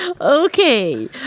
Okay